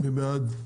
מי בעד?